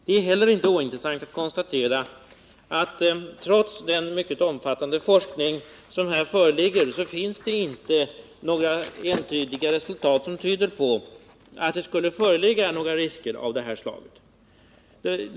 Det är heller inte ointressant att konstatera att det, trots den mycket omfattande forskning som här föreligger, inte finns några entydiga resultat som tyder på att det skulle föreligga några risker av det här slaget.